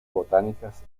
botánicas